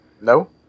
No